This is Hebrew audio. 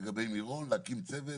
להקים צוות